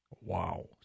Wow